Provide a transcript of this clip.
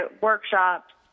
workshops